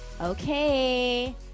Okay